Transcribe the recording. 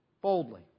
boldly